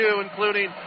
including